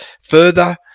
further